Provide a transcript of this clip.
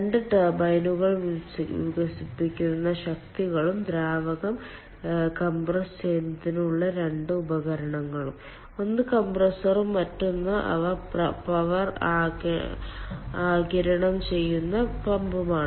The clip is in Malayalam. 2 ടർബൈനുകൾ വികസിപ്പിക്കുന്ന ശക്തികളും ദ്രാവകം കംപ്രസ്സുചെയ്യുന്നതിനുള്ള 2 ഉപകരണങ്ങളും ഒന്ന് കംപ്രസ്സറും മറ്റൊന്ന് അവ പവർ ആഗിരണം ചെയ്യുന്ന പമ്പുമാണ്